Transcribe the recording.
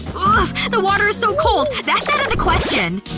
oof! the water is so cold! that's out of the question